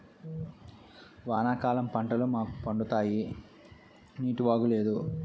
వానాకాలం పంటలు మాకు పండుతాయి నీటివాగు లేదు